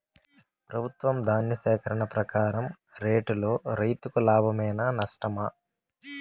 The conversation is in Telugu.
ప్రభుత్వం ధాన్య సేకరణ ప్రకారం రేటులో రైతుకు లాభమేనా నష్టమా?